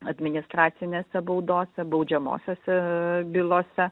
administracinėse baudose baudžiamosiose bylose